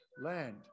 land